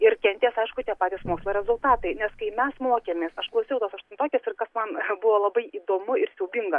ir kentės aišku tie patys mokslo rezultatai nes kai mes mokėmės aš klausiau tos aštuntokės ir kas man buvo labai įdomu ir siaubinga